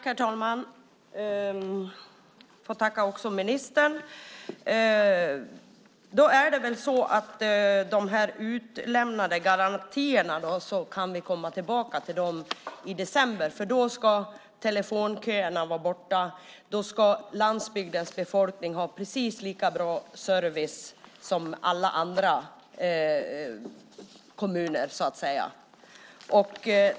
Herr talman! Tack, ministern! När det gäller de här utlämnade garantierna kan vi väl komma tillbaka till dem i december. För då ska telefonköerna vara borta. Då ska landsbygdens befolkning ha precis lika bra service som alla andra kommuner.